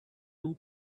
two